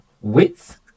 width